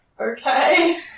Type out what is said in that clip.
Okay